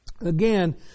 Again